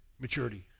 maturity